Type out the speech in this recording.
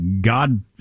God